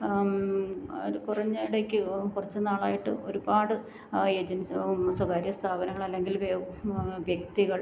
ആ ഒരു കുറഞ്ഞ ഇടയ്ക്ക് കുറച്ച് നാളായിട്ട് ഒരുപാട് ഏജൻസിയും സ്വകാര്യ സ്ഥാപനങ്ങൾ അല്ലെങ്കിൽ വ്യക്തികൾ